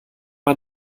man